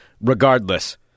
regardless